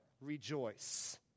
rejoice